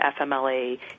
FMLA